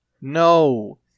No